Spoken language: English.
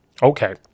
Okay